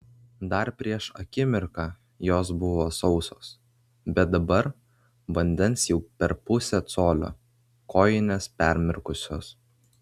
dar prieš akimirką jos buvo sausos bet dabar vandens jau per pusę colio kojinės permirkusios